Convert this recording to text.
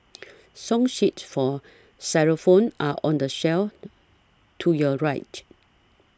song sheets for xylophones are on the shelf to your right